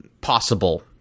possible